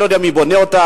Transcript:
אני לא יודע מי בונה אותה,